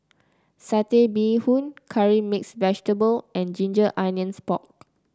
Satay Bee Hoon Curry Mixed Vegetable and Ginger Onions Pork